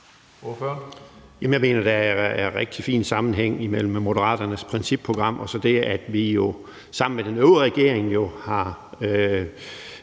Jeg mener, at der er en rigtig fin sammenhæng imellem Moderaternes principprogram og så det, at vi jo sammen med den øvrige regering har